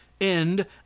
end